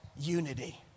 unity